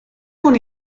con